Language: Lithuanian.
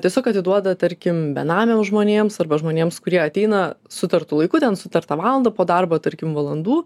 tiesiog atiduoda tarkim benamiams žmonėms arba žmonėms kurie ateina sutartu laiku ten sutartą valandą po darbo tarkim valandų